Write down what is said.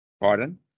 Pardon